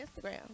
Instagram